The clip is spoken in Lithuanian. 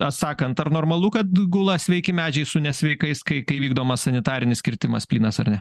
asakant ar normalu kad gula sveiki medžiai su nesveikais kai kai vykdomas sanitarinis kirtimas plynas ar ne